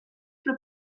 per